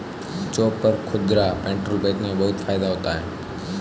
चौक पर खुदरा पेट्रोल बेचने में बहुत फायदा होता है